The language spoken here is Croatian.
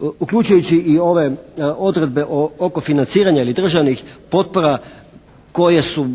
uključujući i ove odredbe oko financiranja ili državnih potpora koje su